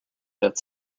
that